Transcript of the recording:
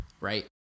right